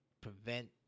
prevent